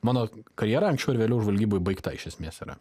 mano karjera anksčiau ar vėliau žvalgyboj baigta iš esmės yra